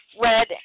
red